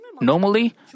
Normally